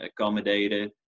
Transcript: accommodated